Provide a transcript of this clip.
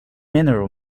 mineral